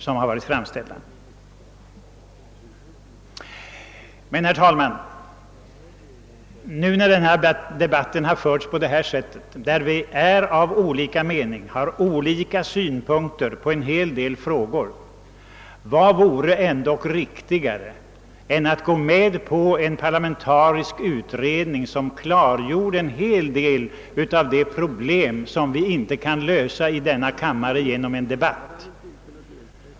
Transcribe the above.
Men, herr talman, eftersom debatten förts på det här sättet och då vi har olika synpunkter på en hel del frågor måste man fråga sig, om det inte vore riktigast att gå med på en parlamentarisk utredning, som skulle kunna klargöra många av de problem vi inte kan lösa i kammaren med en debatt.